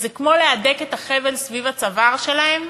זה כמו להדק את החבל סביב הצוואר שלהם